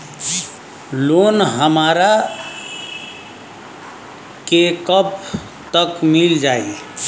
Loan हमरा के कब तक मिल जाई?